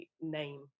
name